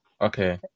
okay